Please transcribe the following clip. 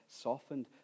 softened